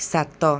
ସାତ